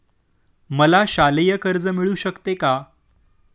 मला शालेय कर्ज मिळू शकते का?